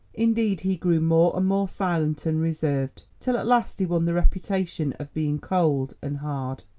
indeed he grew more and more silent and reserved, till at last he won the reputation of being cold and hard.